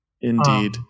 Indeed